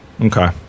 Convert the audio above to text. Okay